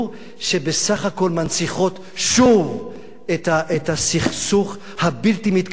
שבסך הכול מנציחות שוב את הסכסוך הבלתי מתכלה הזה.